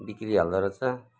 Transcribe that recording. बिग्रिहाल्दो रहेछ